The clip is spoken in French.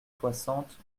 soixante